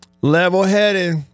Level-headed